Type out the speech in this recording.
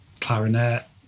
clarinet